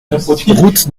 route